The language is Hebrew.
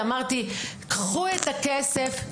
אמרתי: קחו את הכסף,